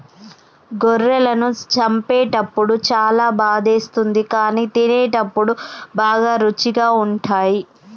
గొర్రెలను చంపేటప్పుడు చాలా బాధేస్తుంది కానీ తినేటప్పుడు బాగా రుచిగా ఉంటాయి